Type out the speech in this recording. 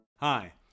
hi